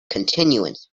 continuance